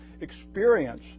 experience